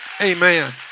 Amen